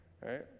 right